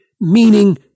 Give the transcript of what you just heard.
meaning